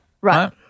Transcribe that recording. right